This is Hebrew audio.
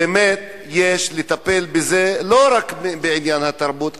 באמת יש לטפל בזה, לא רק בעניין התרבות.